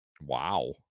wow